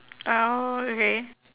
ah oh okay